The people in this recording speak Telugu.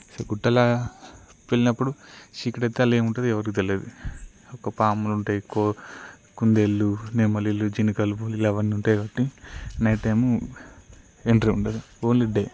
అసల గుట్టల వెళ్ళినప్పుడు చీకటైతే అందులో ఏముంటుంది ఎవరికి తెలియదు ఒక పాములు ఉంటాయి ఎక్కువ కుందేళ్ళు నెమలులు జింకలు పులులు అవన్నీ ఉంటాయి కాబట్టి నైట్ టైం ఎంట్రీ ఉండదు ఓన్లీ డే